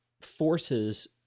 forces